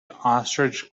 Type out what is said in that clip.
ostrich